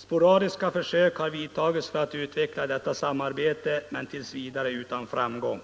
Sporadiska försök har vidtagits för att utveckla detta samarbete, men tillsvidare utan framgång.